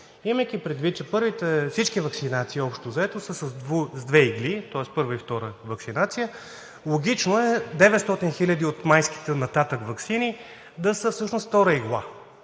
Имайки предвид, че всички ваксинации общо взето са с две игли, тоест първа и втора ваксинация, логично е 900 хиляди от майските ваксини нататък да са всъщност втора игла,